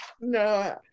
No